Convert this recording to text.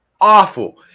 awful